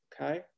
okay